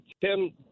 Tim